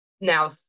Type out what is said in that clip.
now